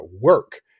work